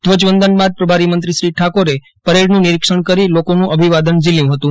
ધ્વજવંદન બાદ પ્રભારીમંત્રીશ્રી ઠાકોરે પરેડનું નિરીક્ષણ કરી લોકોનું અભિવાદન ઝીલ્યું હતું